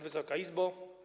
Wysoka Izbo!